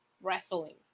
wrestling